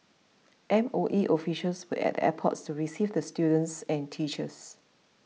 M O E officials were at the airport to receive the students and teachers